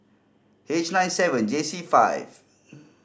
H nine seven J C five